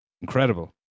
Incredible